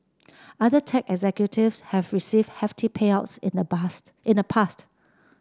other tech executives have received hefty payouts in the bast in the past